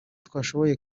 twashoboye